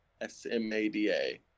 S-M-A-D-A